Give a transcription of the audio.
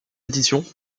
édition